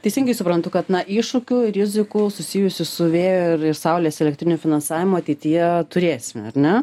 teisingai suprantu kad na iššūkių rizikų susijusių su vėjo ir ir saulės elektrinių finansavimu ateityje turėsime ar ne